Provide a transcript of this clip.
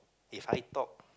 If I talk